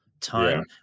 time